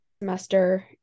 semester